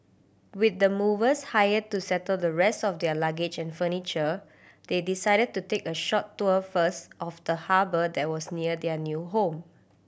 with the movers hired to settle the rest of their luggage and furniture they decided to take a short tour first of the harbour that was near their new home